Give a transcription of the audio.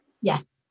Yes